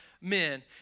men